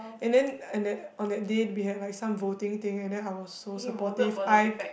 and then and that on that day we had like some voting thing and then I was so supportive I